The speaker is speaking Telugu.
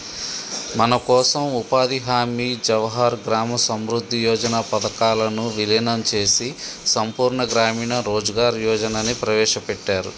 మనకోసం ఉపాధి హామీ జవహర్ గ్రామ సమృద్ధి యోజన పథకాలను వీలినం చేసి సంపూర్ణ గ్రామీణ రోజ్గార్ యోజనని ప్రవేశపెట్టారు